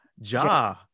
Ja